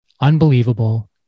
unbelievable